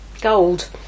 gold